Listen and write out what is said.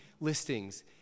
listings